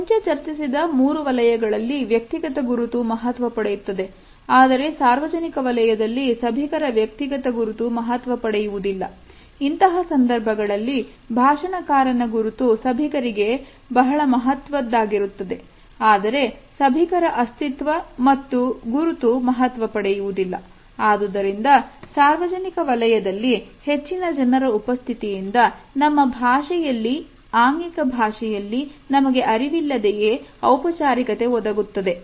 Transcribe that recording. ಆದುದರಿಂದ ಸಾರ್ವಜನಿಕ ವಲಯದಲ್ಲಿ ಹೆಚ್ಚಿನ ಜನರ ಉಪಸ್ಥಿತಿಯಿಂದ ನಮ್ಮ ಭಾಷೆಯಲ್ಲಿ ಆಂಗಿಕ ಭಾಷೆಯಲ್ಲಿ ನಮಗೆ ಅರಿವಿಲ್ಲದೆಯೇ ಔಪಚಾರಿಕತೆ ಒದಗುತ್ತದೆ